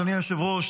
אדוני היושב-ראש,